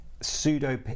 pseudo